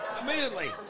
Immediately